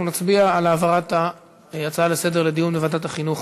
אנחנו נצביע על העברת ההצעות לסדר-היום לדיון בוועדת החינוך